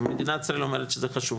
אם מדינת ישראל אומרת שזה חשוב,